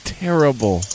terrible